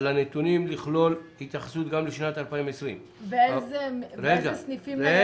על הנתונים לכלול התייחסות גם לשנת 2020. ואיזה סניפים ניידים קמו?